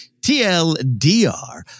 tldr